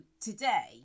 today